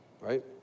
right